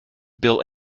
bill